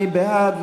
מי בעד?